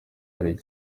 ari